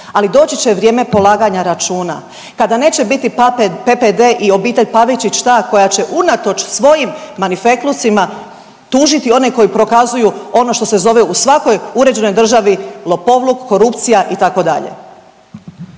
Ali doći će vrijeme polaganja računa kada neće biti PPD i obitelj Pavičić ta koja će unatoč svojim marifetlucima tužiti one koji prokazuju ono što se zove u svakoj uređenoj državi lopovluk, korupcija itd.